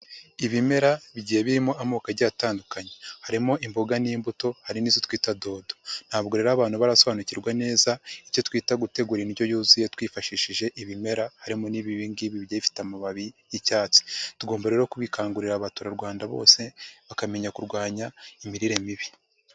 Ibimera bigiye birimo amoko agiye atandukanye. Harimo imboga n'imbuto hari n'izo twita dodo. Ntabwo rero abantu barasobanukirwa neza icyo twita gutegura indyo yuzuye twifashishije ibimera harimo n'ibi ngibi bigiye bifite amababi y'icyatsi. Tugomba rero kubikangurira abaturarwanda bose bakamenya kurwanya imirire mibi.